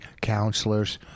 counselors